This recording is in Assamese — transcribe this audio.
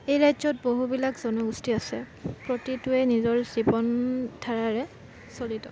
এই ৰাজ্য়ত বহুবিলাক জনগোষ্ঠী আছে প্ৰতিটোৱে নিজৰ জীৱন ধাৰাৰে চলিত